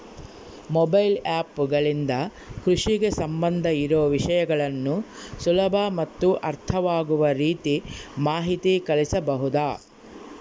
Mobile app ಗಳಿಂದ ಕೃಷಿಗೆ ಸಂಬಂಧ ಇರೊ ವಿಷಯಗಳನ್ನು ಸುಲಭ ಮತ್ತು ಅರ್ಥವಾಗುವ ರೇತಿ ಮಾಹಿತಿ ಕಳಿಸಬಹುದಾ?